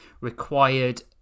required